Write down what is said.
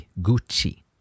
Gucci